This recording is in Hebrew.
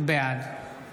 בעד